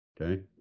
okay